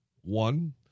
One